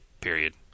period